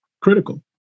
Critical